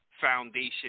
Foundation